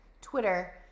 Twitter